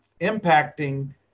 impacting